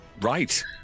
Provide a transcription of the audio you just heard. right